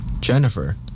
Jennifer